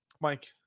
Mike